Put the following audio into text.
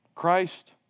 Christ